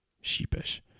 sheepish